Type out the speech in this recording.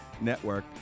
Network